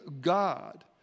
God